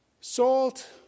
SALT